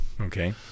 okay